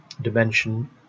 dimension